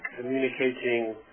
communicating